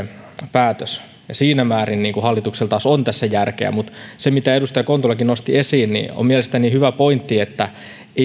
päätös ja siinä määrin hallituksella on tässä järkeä mutta se mitä edustaja kontulakin nosti esiin on mielestäni hyvä pointti että